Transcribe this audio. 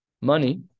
Money